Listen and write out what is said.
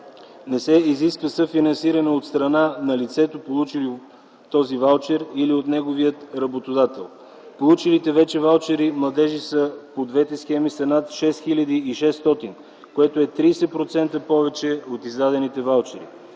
Не се изисква съфинансиране от страна на лицето, получило този ваучер, или от неговия работодател. Получилите вече ваучери младежи по двете схеми са над 6600, което е 30% повече от издадените ваучери.